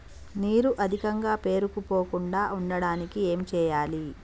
నీరు అధికంగా పేరుకుపోకుండా ఉండటానికి ఏం చేయాలి?